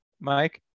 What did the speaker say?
Mike